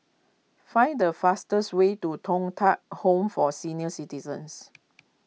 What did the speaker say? find the fastest way to Thong Tat Home for Senior Citizens